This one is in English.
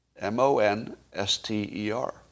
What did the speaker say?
M-O-N-S-T-E-R